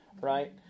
Right